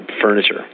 furniture